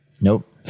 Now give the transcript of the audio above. nope